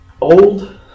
old